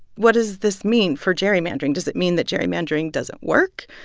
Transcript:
what does this mean for gerrymandering? does it mean that gerrymandering doesn't work?